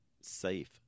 safe